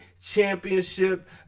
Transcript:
Championship